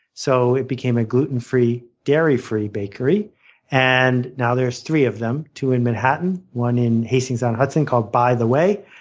so it became a gluten free, dairy free bakery and now there's three of them two in manhattan, one in hastings on hudson called by the way.